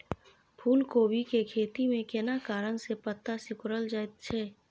फूलकोबी के खेती में केना कारण से पत्ता सिकुरल जाईत छै?